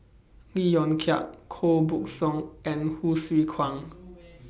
Lee Yong Kiat Koh Buck Song and Hsu Tse Kwang